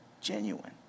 genuine